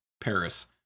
paris